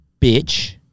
bitch